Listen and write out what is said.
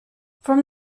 from